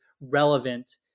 relevant